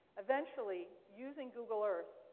eventually, using google earth,